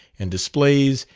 and displays,